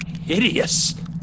hideous